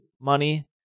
money